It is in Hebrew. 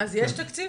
אז יש תקציב?